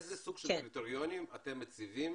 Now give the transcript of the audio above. איזה סוג של קריטריונים אתם מציבים